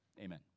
Amen